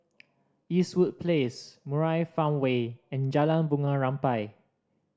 Eastwood Place Murai Farmway and Jalan Bunga Rampai